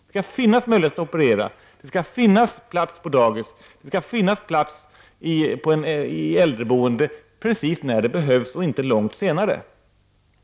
Det skall finnas möjlighet att operera, det skall finnas plats på dagis, och det skall finnas plats i äldreboendet precis när det behövs och inte långt senare.